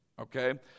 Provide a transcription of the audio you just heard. Okay